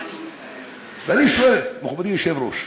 ואני שואל, מכובדי היושב-ראש,